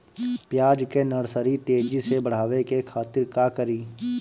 प्याज के नर्सरी तेजी से बढ़ावे के खातिर का करी?